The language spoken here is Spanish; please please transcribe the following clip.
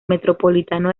metropolitano